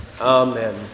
Amen